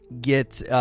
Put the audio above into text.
get